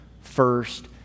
first